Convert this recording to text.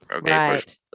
right